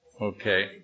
Okay